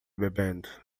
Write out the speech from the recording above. bebendo